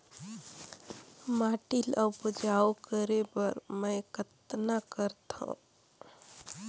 माटी ल उपजाऊ करे बर मै कतना करथव?